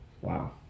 Wow